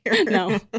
No